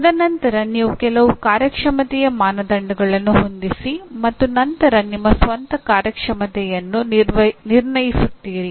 ತದನಂತರ ನೀವು ಕೆಲವು ಕಾರ್ಯಕ್ಷಮತೆಯ ಮಾನದಂಡಗಳನ್ನು ಹೊಂದಿಸಿ ಮತ್ತು ನಂತರ ನಿಮ್ಮ ಸ್ವಂತ ಕಾರ್ಯಕ್ಷಮತೆಯನ್ನು ನಿರ್ಣಯಿಸುತ್ತೀರಿ